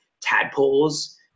tadpoles